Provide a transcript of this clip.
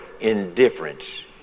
indifference